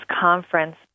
conference